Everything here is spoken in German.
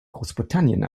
großbritannien